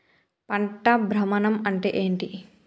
పంట భ్రమణం అంటే ఏంటి?